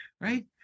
right